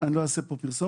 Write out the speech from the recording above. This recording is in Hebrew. --- אני לא אעשה פה פרסומת,